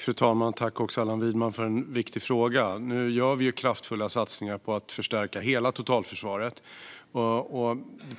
Fru talman! Jag tackar Allan Widman för en viktig fråga. Nu gör vi kraftfulla satsningar på att förstärka hela totalförsvaret.